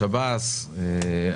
השב"ס,